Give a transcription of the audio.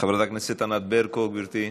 חברת הכנסת ענת ברקו, גברתי,